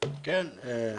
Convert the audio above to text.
כן.